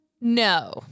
No